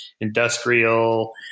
industrial